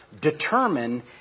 determine